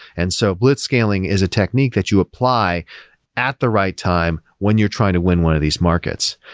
and so blitzscaling is a technique that you apply at the right time when you're trying to win one of these markets.